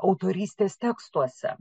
autorystės tekstuose